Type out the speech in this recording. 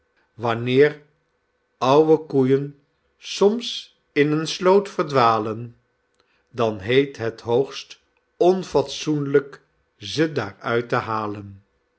wanneer ouwe koeien soms in een sloot verdwalen dan heet het hoogst onfatsoenlijk ze daar uit te halen